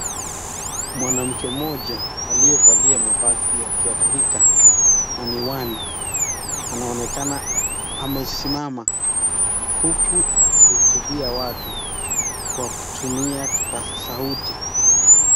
Mwanamke mmoja, aliyevalia mavazi ya kiafrika, na miwani, anaonekana amesimama, huku akihutubia watu, kwa kutumia kipaza sauti.